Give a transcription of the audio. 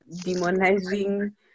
demonizing